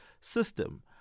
system